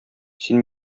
син